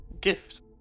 gift